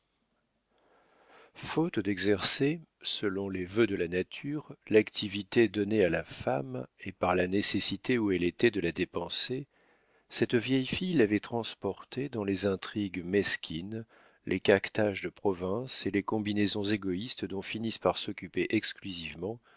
faute d'exercer selon les vœux de la nature l'activité donnée à la femme et par la nécessité où elle était de la dépenser cette vieille fille l'avait transportée dans les intrigues mesquines les caquetages de province et les combinaisons égoïstes dont finissent par s'occuper exclusivement